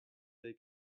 they